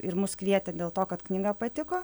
ir mus kvietė dėl to kad knyga patiko